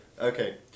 okay